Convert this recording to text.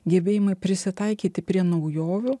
gebėjimai prisitaikyti prie naujovių